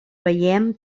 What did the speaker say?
veiem